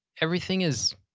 everything is,